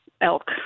elk